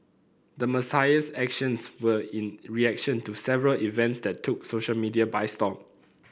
the Messiah's actions were in reaction to several events that took social media by storm